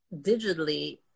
digitally